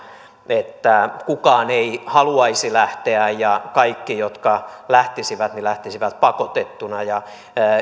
että kukaan ei haluaisi lähteä ja kaikki jotka lähtisivät lähtisivät pakotettuina